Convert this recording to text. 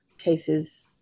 cases